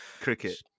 Cricket